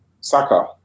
Saka